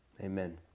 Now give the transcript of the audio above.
Amen